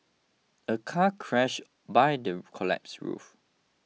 a car crushed by the collapsed roof